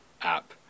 app